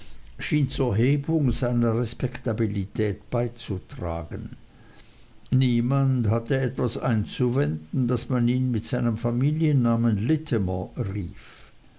schien zur hebung seiner respektabilität beizutragen niemand hatte etwas einzuwenden daß man ihn mit seinem familiennamen littimer rief